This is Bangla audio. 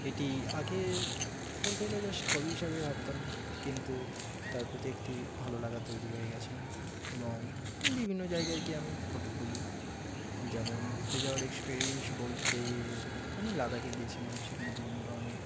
এটি আগে বলতে গেলে জাস্ট হবি হিসাবে ভাবতাম কিন্তু তার প্রতি একটি ভালো লাগা তৈরি হয়ে গিয়েছে এবং বিভিন্ন জায়গায় গিয়ে আমি ফটো তুলি যেমন ঘুরতে যাওয়ার এক্সপিরিয়েন্স বলতে আমি লাদাখে গিয়েছিলাম সেখানে বিভিন্ন ধরনের